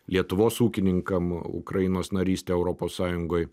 lietuvos ūkininkam ukrainos narystė europos sąjungoj